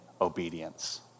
obedience